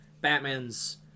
Batman's